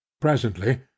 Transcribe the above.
Presently